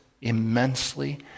immensely